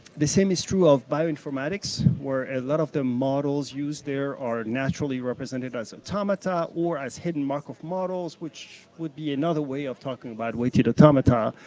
the same is true of bioinformatics, where a lot of the models used there are naturally represented at automata or as hidden mark of models, which would be another way of talking about weighted automata,